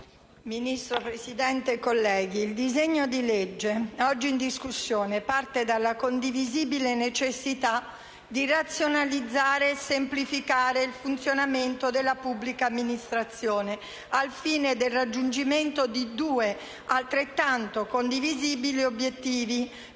Ministro, colleghi, il disegno di legge oggi in discussione parte dalla condivisibile necessità di razionalizzare e semplificare il funzionamento della pubblica amministrazione, al fine del raggiungimento di due, altrettanto condivisibili, obiettivi: garantire